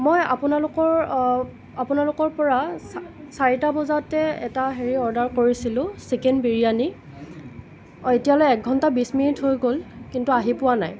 মই আপোনালোকৰ আপোনালোকৰ পৰা চা চাৰিটা বজাতে এটা হেৰি অৰ্ডাৰ কৰিছিলোঁ চিকেন বিৰিয়ানি এতিয়ালৈ এক ঘণ্টা বিছ মিনিট হৈ গ'ল কিন্তু আহি পোৱা নাই